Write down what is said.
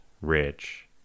rich